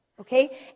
okay